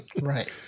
Right